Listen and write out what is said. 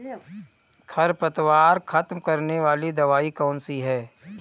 खरपतवार खत्म करने वाली दवाई कौन सी है?